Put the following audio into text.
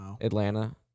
Atlanta